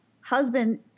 Husband